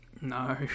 No